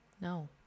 No